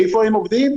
איפה הם עובדים?